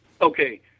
Okay